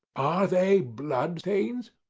are they blood stains,